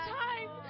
time